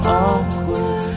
awkward